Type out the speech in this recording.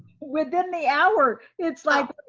within the hour, it's like,